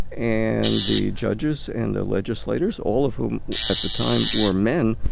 and the judges and the legislators, all of whom at the time were men.